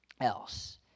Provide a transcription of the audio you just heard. else